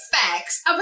facts